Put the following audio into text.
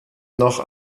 noch